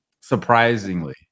surprisingly